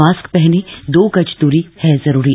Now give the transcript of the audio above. mask पहनें दो गज दूरी है जरूरी